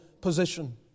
position